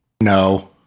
No